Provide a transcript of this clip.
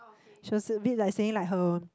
she was a bit like saying like her